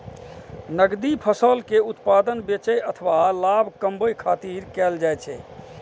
नकदी फसल के उत्पादन बेचै अथवा लाभ कमबै खातिर कैल जाइ छै